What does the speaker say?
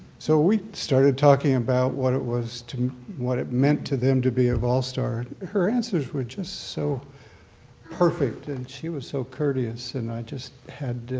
so we started talking about what it was what it meant to them to be a vol star. her answers were just so perfect and she was so courteous and i just had to